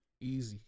easy